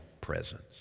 presence